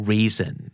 Reason